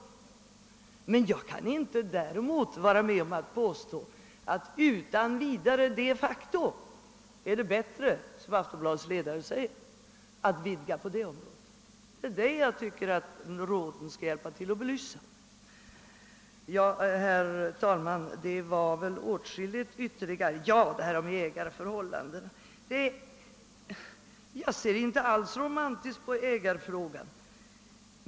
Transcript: Däremot kan jag inte vara med om påståendet i Aftonbladets ledare, att det utan vidare de facto är bättre att utvidga den statliga företagsamheten på detta område. Den saken tycker jag att råden skall hjälpa till att belysa. Till sist vill jag säga att jag inte alls ser romantiskt på ägarfrågan.